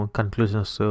conclusions